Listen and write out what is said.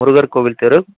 முருகர் கோவில் தெரு